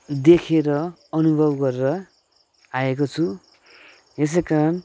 देखेर अनुभव गरेर आएको छु यसै कारण